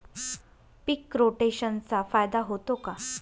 पीक रोटेशनचा फायदा होतो का?